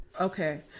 Okay